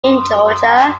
georgia